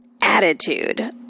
Attitude